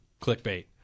clickbait